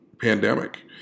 pandemic